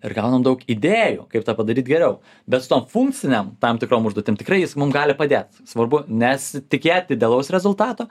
ir gaunam daug idėjų kaip tą padaryt geriau be su tom funkcinėm tam tikrom užduotim tikrai jis mum gali padėt svarbu nesitikėti idealaus rezultato